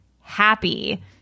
happy